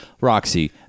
Roxy